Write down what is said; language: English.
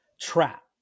trap